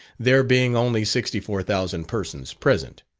there being only sixty four thousand persons present.